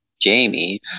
Jamie